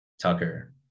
Tucker